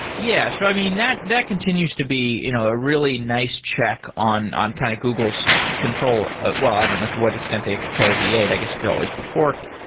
yeah. so i mean, that that continues to be you know a really nice check on on kind of google's control ah well, i don't know to what extent they control v eight. i guess it could always be forked,